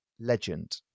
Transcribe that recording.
Legend